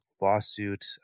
lawsuit